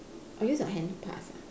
orh use your hand to pass ah